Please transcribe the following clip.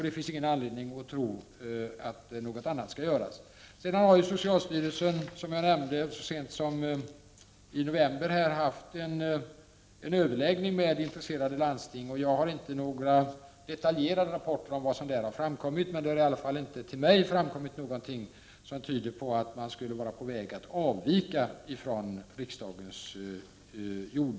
Det finns ingen anledning att tro något annat. Socialstyrelsen har, som jag nämnde, så sent som i november haft en över läggning med intresserade landsting. Jag har inte några detaljerade rapporter om vad som där har framkommit. Det har i alla fall inte till mig framkommit någonting som tyder på att man skulle vara på väg att avvika från de uttalanden riksdagen har gjort.